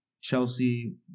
Chelsea